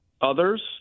others